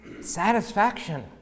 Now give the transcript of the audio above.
satisfaction